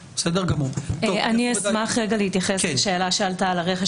אני אשמח להתייחס לשאלה שעלתה על הרכש